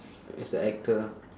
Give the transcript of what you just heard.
it's the actor ah